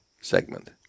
segment